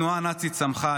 התנועה הנאצית צמחה,